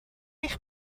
eich